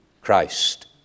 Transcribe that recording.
Christ